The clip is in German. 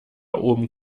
oben